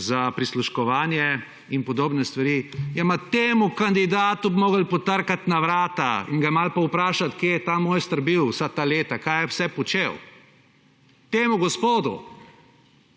za prisluškovanje in podobne stvari, ja, ma, temu kandidatu bi mogli potrkat na vrata in ga malo povprašat, kje je ta mojster bil, vsa ta leta, kaj je vse počel, temu gospodu.